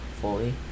fully